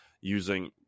using